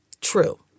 True